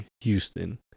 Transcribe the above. Houston